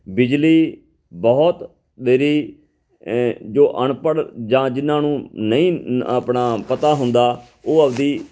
ਬਿਜਲੀ ਬਹੁਤ ਦੇਰੀ ਜੋ ਅਨਪੜ੍ਹ ਜਾਂ ਜਿਨ੍ਹਾਂ ਨੂੰ ਨਹੀਂ ਆਪਣਾ ਪਤਾ ਹੁੰਦਾ ਉਹ ਆਪਦੀ